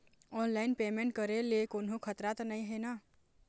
Online payment करे ले कोन्हो खतरा त नई हे न?